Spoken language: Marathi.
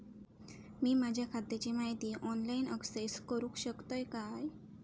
मी माझ्या खात्याची माहिती ऑनलाईन अक्सेस करूक शकतय काय?